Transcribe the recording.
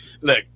Look